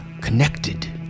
connected